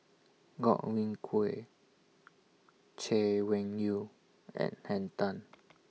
Godwin Koay Chay Weng Yew and Henn Tan